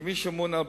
כמי שאמון על